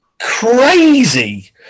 crazy